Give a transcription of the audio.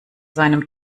seinem